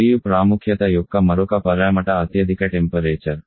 మరియు ప్రాముఖ్యత యొక్క మరొక పరామితి అత్యధిక టెంపరేచర్